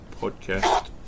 Podcast